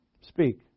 Speak